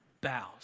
bows